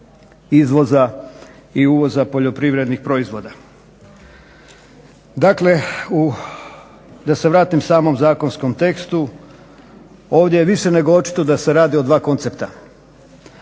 izvoza i uvoza poljoprivrednih proizvoda. Dakle da se vratim samom zakonskom tekstu. Ovdje je više nego očito da se radi o dva koncepta.